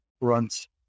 runs